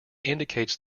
indicates